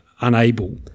unable